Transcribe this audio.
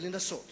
ולנסות